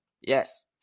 Yes